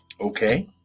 Okay